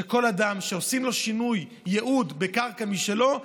שכל אדם שעושים שינוי ייעוד בקרקע שלו,